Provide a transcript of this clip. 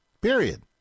period